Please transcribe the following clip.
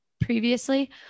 previously